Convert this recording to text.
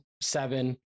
seven